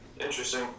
Interesting